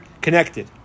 Connected